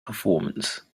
performance